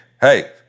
Hey